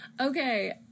Okay